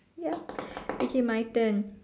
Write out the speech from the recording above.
ya okay my turn